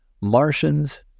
Martians